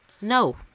no